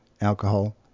alcohol